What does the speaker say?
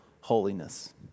holiness